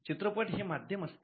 चित्रपट हे माध्यम असते